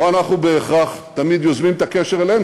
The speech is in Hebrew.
לא אנחנו בהכרח תמיד יוזמים את הקשר אליהן,